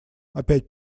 опять